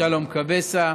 שלום קבסה